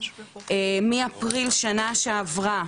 מאפריל שנה שעברה,